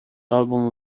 album